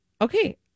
okay